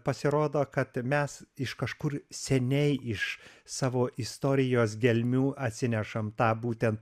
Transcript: pasirodo kad mes iš kažkur seniai iš savo istorijos gelmių atsinešam tą būtent